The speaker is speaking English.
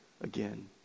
again